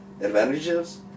advantages